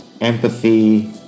empathy